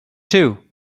two